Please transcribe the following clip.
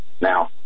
Now